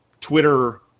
Twitter